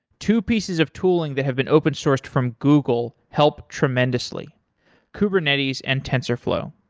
two pieces of tooling that have been open sourced from google help tremendously kubernetes and tensorflow.